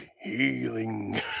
healing